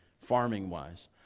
farming-wise